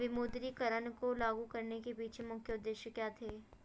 विमुद्रीकरण को लागू करने के पीछे मुख्य उद्देश्य क्या थे?